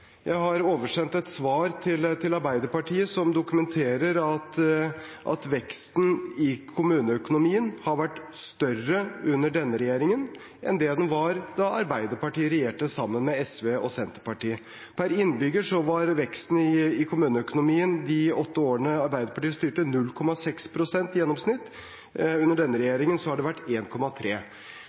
Jeg har oversendt et svar til Arbeiderpartiet som dokumenterer at veksten i kommuneøkonomien har vært større under denne regjeringen enn det den var da Arbeiderpartiet regjerte sammen med SV og Senterpartiet. Per innbygger var veksten i kommuneøkonomien i de åtte årene Arbeiderpartiet styrte, 0,6 pst. i gjennomsnitt. Under denne regjeringen har den vært